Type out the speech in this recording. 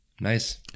Nice